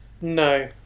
No